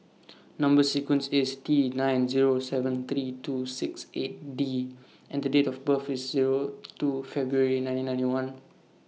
Number sequence IS T nine Zero seven three two six eight D and Date of birth IS Zero two February nineteen ninety one